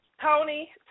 Tony